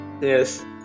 Yes